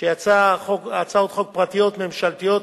הצעות חוק פרטיות, ממשלתיות.